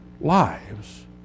lives